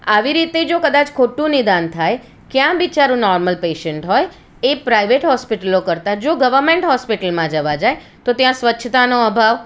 આવી રીતે જો કદાચ ખોટું નિદાન થાય ક્યાં બિચારું નોર્મલ પેશન્ટ હોય એ પ્રાઇવેટ હોસ્પિટલો કરતાં જો ગવર્મેન્ટ હોસ્પિટલમાં જવા જાય તો ત્યાં સ્વચ્છતાનો અભાવ